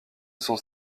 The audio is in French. sont